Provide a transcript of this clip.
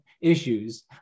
issues